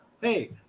Hey